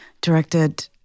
Directed